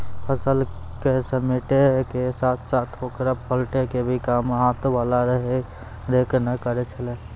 फसल क समेटै के साथॅ साथॅ होकरा पलटै के काम भी हाथ वाला हे रेक न करै छेलै